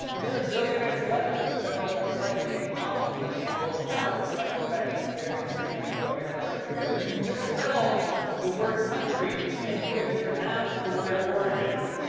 you're a billionaire celebrity who spent most of his life dating models and living and a gold tower despite the fact that you can barely string three coherent words together. you misspelled the word country, and you couldn't pronounce the word origins.